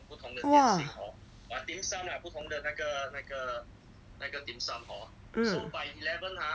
!wah! mm